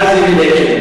רזי ודקל.